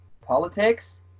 politics